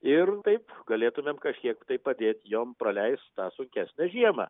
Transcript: ir taip galėtumėm kažkiek tai padėt jom praleist tą sunkesnę žiemą